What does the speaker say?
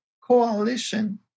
coalition